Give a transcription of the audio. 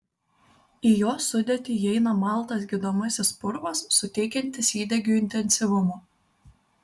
į jos sudėtį įeina maltas gydomasis purvas suteikiantis įdegiui intensyvumo